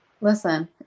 Listen